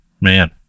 man